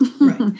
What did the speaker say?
Right